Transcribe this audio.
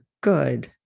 good